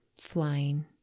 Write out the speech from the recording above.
flying